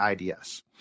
IDS